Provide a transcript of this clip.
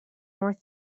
north